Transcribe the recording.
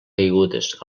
caigudes